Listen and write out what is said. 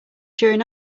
during